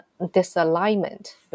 disalignment